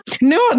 No